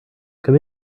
come